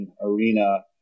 arena